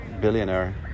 billionaire